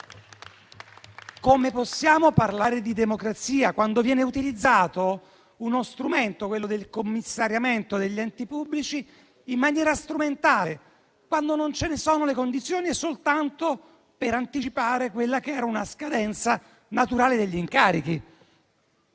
Come possiamo parlare di democrazia, quando viene utilizzato uno strumento, quello del commissariamento degli enti pubblici, in maniera strumentale, quando non ce ne sono le condizioni e soltanto per anticipare quella che era una scadenza naturale degli incarichi?